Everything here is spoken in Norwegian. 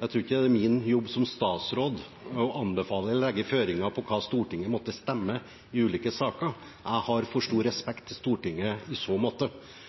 Jeg tror ikke det er min jobb som statsråd å anbefale eller legge føringer for hva Stortinget skal stemme i ulike saker. Jeg har for stor respekt for Stortinget i så måte.